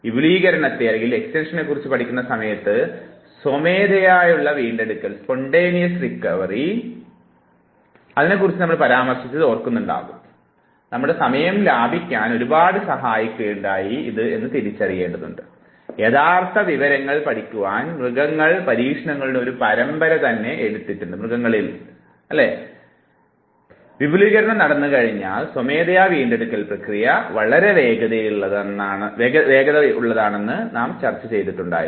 വിപുലീകരണത്തെ കുറിച്ച് പഠിക്കുന്ന സമയത്ത് സ്വയമേവയുള്ള വീണ്ടെടുക്കലിനെ പരാമർശിച്ചത് നിങ്ങൾ ഓർക്കുന്നുവല്ലോ അത് നമ്മുടെ സമയം ലാഭിക്കാൻ ഒരുപാട് സഹായിക്കുകയുണ്ടായി എന്നത് തിരിച്ചറിയേണ്ടതാണ് യഥാർത്ഥ വിവരങ്ങൾ പഠിക്കുവാൻ മൃഗങ്ങൾ പരീക്ഷണങ്ങളുടെ ഒരു പരമ്പര തന്നെയെടുത്തിട്ടുണ്ടെങ്കിൽ പോലും വിപുലീകരണം നടന്നുകഴിഞ്ഞാൽ സ്വമേധയാ വീണ്ടെടുക്കൽ പ്രക്രിയ വളരെ വേഗതയുള്ളതാണെന്ന് നാം ചർച്ച ചെയ്തിട്ടുണ്ടായിരുന്നു